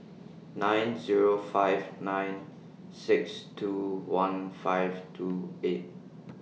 nine Zero five nine six two one five two eight